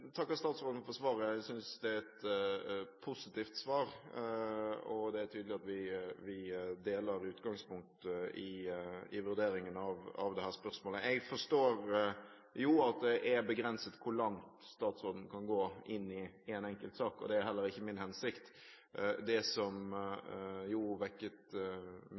synes det er et positivt svar, og det er tydelig at vi deler utgangspunkt i vurderingen av dette spørsmålet. Jeg forstår at det er begrenset hvor langt inn i en enkeltsak statsråden kan gå. Det er heller ikke min hensikt. Det som vekket mye interesse i denne saken, er jo